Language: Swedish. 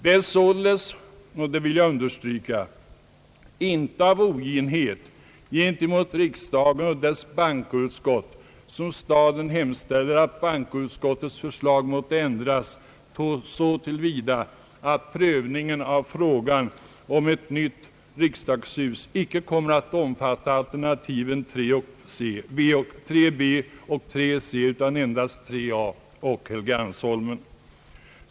Det är således — och det vill jag understryka — inte av oginhet gentemot riksdagen och dess bankoutskott som staden hemställer att bankoutskottets förslag måtte ändras så till vida att prövningen av frågan om ett nytt riksdagshus icke kommer att omfatta alternativen 3 b och 3 c utan endast 3 a och Helgeandsholmen.